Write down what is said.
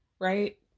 right